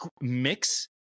mix